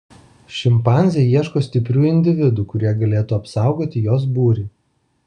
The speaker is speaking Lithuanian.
šimpanzė ieško stiprių individų kurie galėtų apsaugoti jos būrį